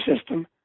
system